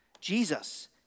Jesus